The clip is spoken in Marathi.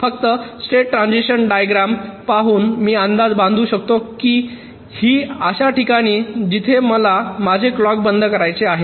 फक्त स्टेट ट्रान्सिशन डायग्रॅम पाहून मी अंदाज बांधू शकतो की ही अशा ठिकाणी जिथे मला माझे क्लॉक बंद करायचे आहे